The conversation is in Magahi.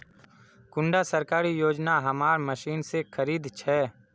कुंडा सरकारी योजना हमार मशीन से खरीद छै?